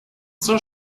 zur